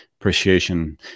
appreciation